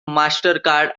mastercard